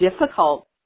difficult